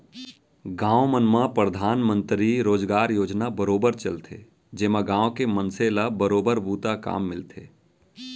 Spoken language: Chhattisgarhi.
गाँव मन म परधानमंतरी रोजगार योजना बरोबर चलथे जेमा गाँव के मनसे ल बरोबर बूता काम मिलथे